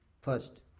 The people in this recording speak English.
first